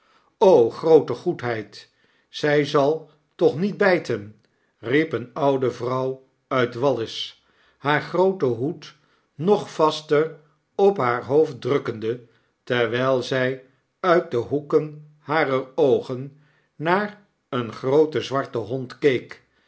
groote goedheid zii zal toch niet bjjten p riep eene oude vrouw uit wallis haar grooten hoed nog vaster op haar hoofd drukkende terwjjl zfi uit de hoeken harer oogen naar een grooten zwarten hond